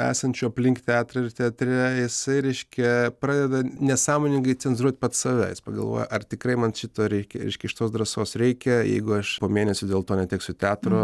esančių aplink teatrą ir teatre jisai reiškia pradeda nesąmoningai cenzūruot pats save jis pagalvoja ar tikrai man šito reikia reiškia šitos drąsos reikia jeigu aš po mėnesio dėl to neteksiu teatro